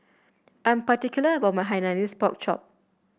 I'm particular about my Hainanese Pork Chop